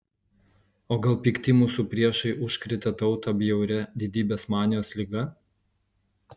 o gal pikti mūsų priešai užkrėtė tautą bjauria didybės manijos liga